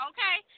Okay